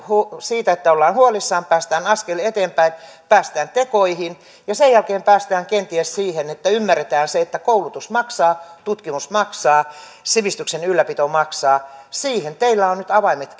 siitä että ollaan huolissaan päästään askel eteenpäin päästään tekoihin ja sen jälkeen päästään kenties siihen että ymmärretään se että koulutus maksaa tutkimus maksaa sivistyksen ylläpito maksaa siihen teillä on nyt avaimet